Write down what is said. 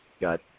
got